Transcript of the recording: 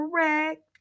correct